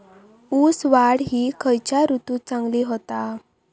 ऊस वाढ ही खयच्या ऋतूत चांगली होता?